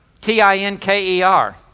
T-I-N-K-E-R